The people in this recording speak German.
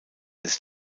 des